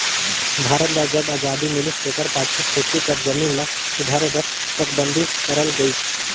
भारत ल जब अजादी मिलिस तेकर पाछू खेती कर जमीन ल सुधारे बर चकबंदी करल गइस